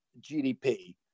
GDP